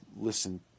listen